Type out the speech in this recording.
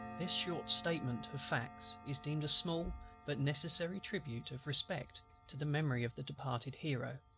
this short statement of facts is deemed a small but necessary tribute of respect to the memory of the departed hero,